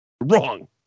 Wrong